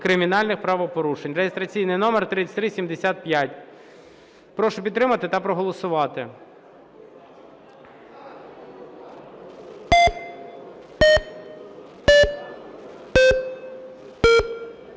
кримінальних правопорушень" (реєстраційний номер 3375). Прошу підтримати та проголосувати.